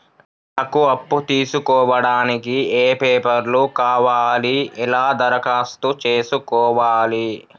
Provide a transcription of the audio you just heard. నాకు అప్పు తీసుకోవడానికి ఏ పేపర్లు కావాలి ఎలా దరఖాస్తు చేసుకోవాలి?